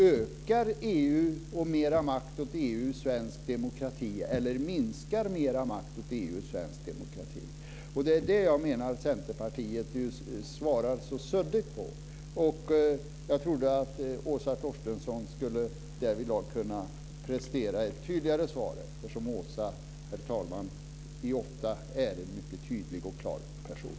Ökar EU, och mer makt åt EU, svensk demokrati eller minskar mer makt åt EU svensk demokrati? Det är detta som jag menar att Centerpartiet svarar så suddigt på. Jag trodde att Åsa Torstensson därvidlag skulle kunna prestera ett tydligare svar, eftersom Åsa, herr talman, ofta är en mycket tydlig och klar person.